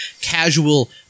casual